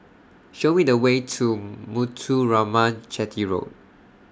Show We The Way to Muthuraman Chetty Road